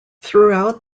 throughout